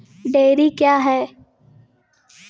Dairy क्या हैं?